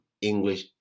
english